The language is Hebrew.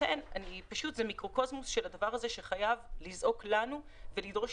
זה מיקרוקוסמוס של הדבר הזה שחייב לזעוק לנו ולדרוש